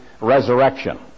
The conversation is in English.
resurrection